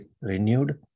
renewed